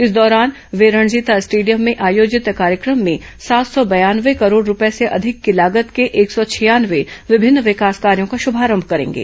इस दौरान वे रणजीता स्टेडियम में आयोजिंत कार्यक्रम में सात सौ बयानवे करोड़ रूपए से अधिक की लागत के एक सौ छियानवे विभिन्न विकास कार्यो का श्रभारंभ करेंगे